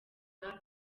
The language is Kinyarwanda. rwanda